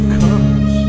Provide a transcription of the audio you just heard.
comes